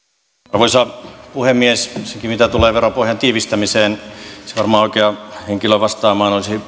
arvoisa puhemies ensinnäkin mitä tulee veropohjan tiivistämiseen ja siihen mitä verorintamalla voidaan tehdä varmaan oikea henkilö vastaamaan olisi